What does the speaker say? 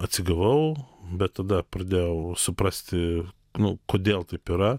atsigavau bet tada pradėjau suprasti nu kodėl taip yra